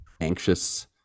anxious